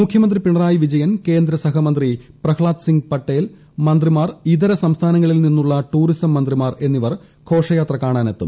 മുഖ്യമന്ത്രി പിണറായി വിജയൻ കേന്ദ്ര സഹമന്ത്രി പ്രഹ്ളാദ് സിംഗ് പട്ടേൽ മന്ത്രിമാർ ഇതര സംസ്ഥാനങ്ങളിൽ നിന്നുള്ള ടൂറിസം മന്ത്രിമാർ എന്നിവർ ഘോഷയാത്ര കാണാനെത്തും